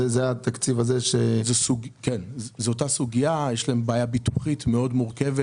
זאת אותה סוגיה יש להם בעיה ביטוחית מאוד מורכבת